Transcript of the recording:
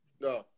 No